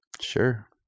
Sure